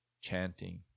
chanting